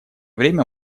время